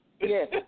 Yes